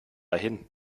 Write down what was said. hin